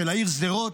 של העיר שדרות.